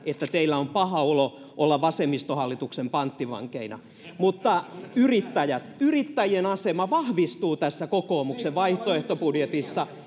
että teillä on paha olo olla vasemmistohallituksen panttivankeina mutta yrittäjien asema vahvistuu tässä kokoomuksen vaihtoehtobudjetissa